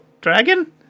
dragon